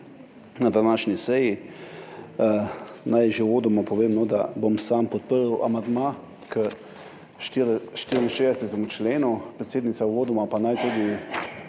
na današnji seji! Naj že uvodoma povem, da bom sam podprl amandma k 64. členu. Predsednica, uvodoma pa naj tudi